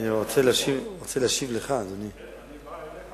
אני בא אליך